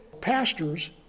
pastors